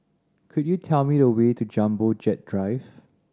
could you tell me the way to Jumbo Jet Drive